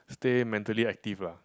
stay mentally active lah